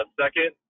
second